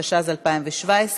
התשע"ז 2017,